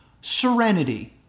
Serenity